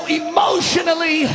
emotionally